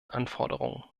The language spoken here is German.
anforderungen